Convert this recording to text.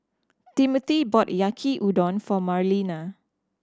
Timmothy bought Yaki Udon for Marlena